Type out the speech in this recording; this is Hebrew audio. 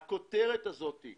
הכותרת שהייתה